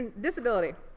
disability